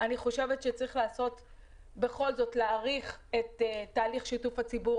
צריך בכל זאת להאריך את תהליך שיתוף הציבור.